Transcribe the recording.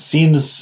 Seems